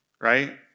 right